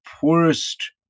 poorest